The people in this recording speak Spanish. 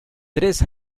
tres